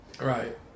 right